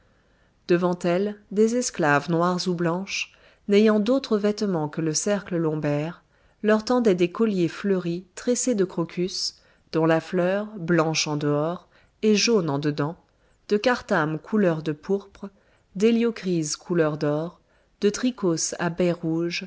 devant elles des esclaves noires ou blanches n'ayant d'autres vêtements que le cercle lombaire leur tendaient des colliers fleuris tressés de crocus dont la fleur blanche en dehors est jaune en dedans de carthames couleur de pourpre d'héliochryses couleur d'or de trychos à baies rouges